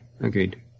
Agreed